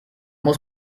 muss